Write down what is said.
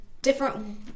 Different